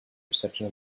reception